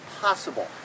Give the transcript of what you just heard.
possible